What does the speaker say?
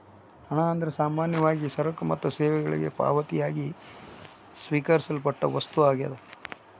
ಹಣ ಅಂದ್ರ ಸಾಮಾನ್ಯವಾಗಿ ಸರಕ ಮತ್ತ ಸೇವೆಗಳಿಗೆ ಪಾವತಿಯಾಗಿ ಸ್ವೇಕರಿಸಲ್ಪಟ್ಟ ವಸ್ತು ಆಗ್ಯಾದ